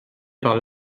par